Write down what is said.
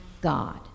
God